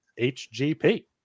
HGP